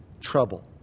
trouble